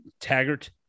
Taggart